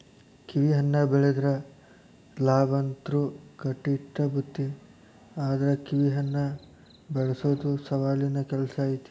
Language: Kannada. ಕಿವಿಹಣ್ಣ ಬೆಳದ್ರ ಲಾಭಂತ್ರು ಕಟ್ಟಿಟ್ಟ ಬುತ್ತಿ ಆದ್ರ ಕಿವಿಹಣ್ಣ ಬೆಳಸೊದು ಸವಾಲಿನ ಕೆಲ್ಸ ಐತಿ